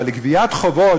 אבל לגביית חובות,